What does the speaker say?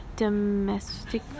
domestic